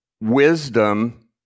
wisdom